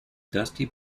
dusty